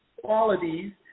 qualities